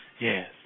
Yes